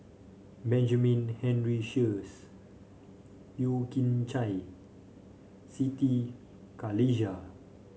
Benjamin Henry Sheares Yeo Kian Chye Siti Khalijah